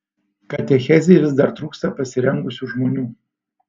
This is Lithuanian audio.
katechezei vis dar trūksta pasirengusių žmonių